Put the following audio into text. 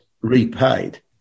repaid